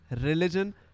religion